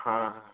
હા